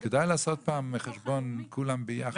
כדאי לעשות פעם חשבון כולם יחד כמה הם מיישמים.